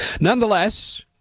Nonetheless